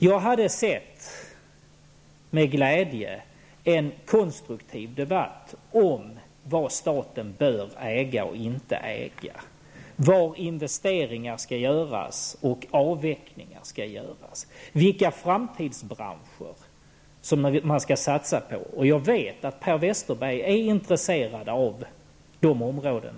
Jag hade med glädje sett en konstruktiv debatt om vad staten bör äga och inte äga, om var investeringar och avvecklingar skall göras och om vilka framtidsbranscher som man skall satsa på. Jag vet att Per Westerberg är intresserad av också de områdena.